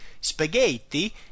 spaghetti